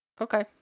Okay